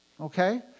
Okay